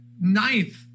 ninth